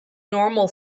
normal